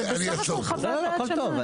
זה בסדר, חוות דעת שלך.